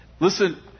Listen